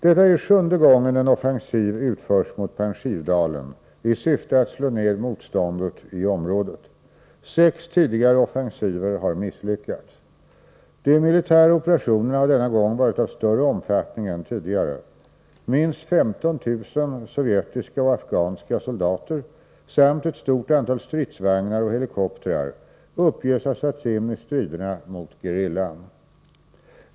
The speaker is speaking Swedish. Detta är sjunde gången en offensiv utförs mot Panjshirdalen i syfte att slå ned motståndet i området. Sex tidigare offensiver har misslyckats. De militära operationerna har denna gång varit av större omfattning än tidigare. Minst 15 000 sovjetiska och afghanska soldater samt ett stort antal stridsvagnar och helikoptrar uppges ha satts in i striderna mot gerillan.